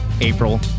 April